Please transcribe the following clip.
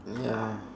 ya